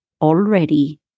already